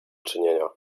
czynienia